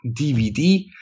DVD